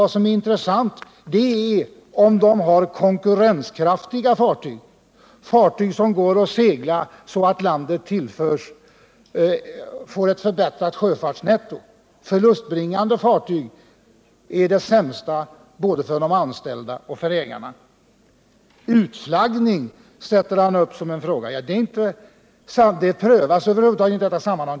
Vad som är intressant är om de har konkurrenskraftiga fartyg som går att segla så att landet får ett förbättrat sjöfartsnetto. Förlustbringande fartyg är det sämsta både för de anställda och för ägarna. Karl Hallgren tar också upp frågan om utflaggning, men den prövas över huvud taget inte i detta sammanhang.